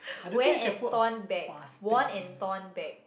wear and torn bag worn and torn bag